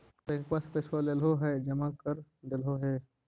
बैंकवा से पैसवा लेलहो है जमा कर देलहो हे?